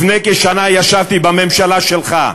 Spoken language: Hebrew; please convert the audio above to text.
לפני כשנה ישבתי בממשלה שלך,